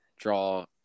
draw